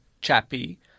Chappie